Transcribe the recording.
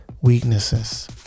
weaknesses